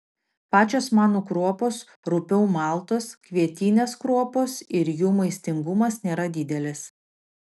pačios manų kruopos rupiau maltos kvietinės kruopos ir jų maistingumas nėra didelis